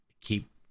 keep